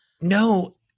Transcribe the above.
No